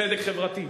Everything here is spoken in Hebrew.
צדק חברתי,